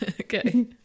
Okay